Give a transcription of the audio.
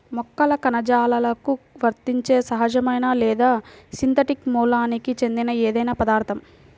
మొక్కల కణజాలాలకు వర్తించే సహజమైన లేదా సింథటిక్ మూలానికి చెందిన ఏదైనా పదార్థం